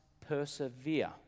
persevere